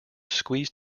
squeeze